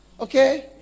Okay